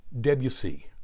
Debussy